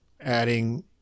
adding